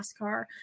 NASCAR